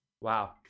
wow